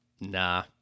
Nah